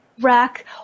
rack